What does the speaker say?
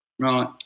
Right